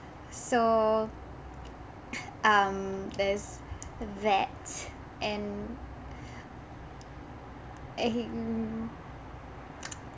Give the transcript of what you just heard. so um there's that and and